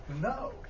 no